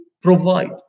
provide